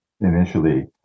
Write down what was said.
initially